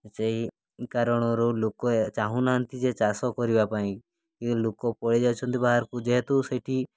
ସେହି କାରଣରୁ ଲୋକ ଚାହୁଁନାହାନ୍ତି ଯେ ଚାଷ କରିବା ପାଇଁ କିନ୍ତୁ ଲୋକ ପଳାଇଯାଉଛନ୍ତି ବାହାରକୁ ଯେହେତୁ ସେଇଠି